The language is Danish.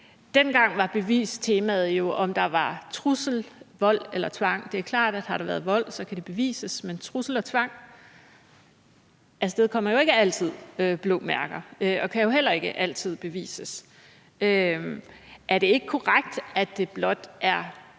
Dengang var bevistemaet jo, om der var tale om en trussel, vold eller tvang, og det er klart, at det, hvis der har været vold, kan bevises, men trusler og tvang afstedkommer jo ikke altid blå mærker, og det kan jo ikke heller ikke altid bevises. Er det ikke korrekt, at det blot er